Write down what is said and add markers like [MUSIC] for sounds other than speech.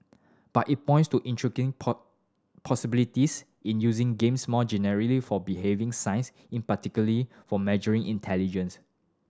but it points to intriguing [UNINTELLIGIBLE] possibilities in using games more generally for behaving science in particularly for measuring intelligence